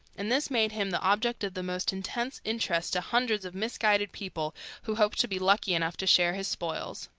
and this made him the object of the most intense interest to hundreds of misguided people who hoped to be lucky enough to share his spoils.